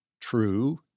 True